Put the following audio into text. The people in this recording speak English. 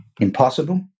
impossible